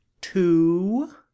two